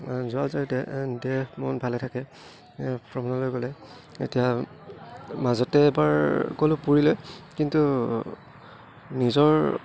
যোৱা যোৱা দেহ মন ভালে থাকে ভ্ৰমণলৈ গ'লে এতিয়া মাজতে এবাৰ গ'লো পুৰীলে কিন্তু নিজৰ